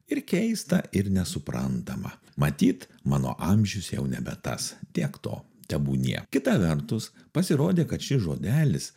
ir keista ir nesuprantama matyt mano amžius jau nebe tas tiek to tebūnie kita vertus pasirodė kad šis žodelis